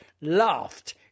laughed